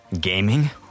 Gaming